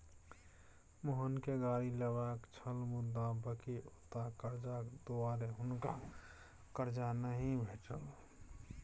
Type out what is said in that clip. मोहनकेँ गाड़ी लेबाक छल मुदा बकिऔता करजाक दुआरे हुनका करजा नहि भेटल